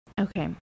Okay